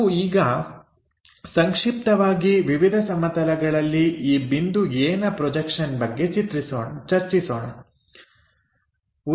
ನಾವು ಈಗ ಸಂಕ್ಷಿಪ್ತವಾಗಿ ವಿವಿಧ ಸಮತಲಗಳಲ್ಲಿ ಈ ಬಿಂದು Aನ ಪ್ರೊಜೆಕ್ಷನ್ ಬಗ್ಗೆ ಚರ್ಚಿಸೋಣ